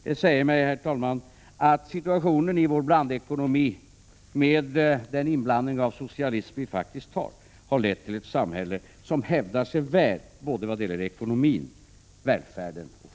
Det säger mig, herr talman, att situationen i vår blandekonomi, med den inblandning av socialism som vi faktiskt har, har lett till ett samhälle som hävdar sig väl vad gäller ekonomi, välfärd och frihet.